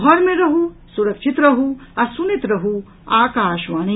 घर मे रहू सुरक्षित रहू आ सुनैत रहू आकाशवाणी